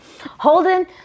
Holden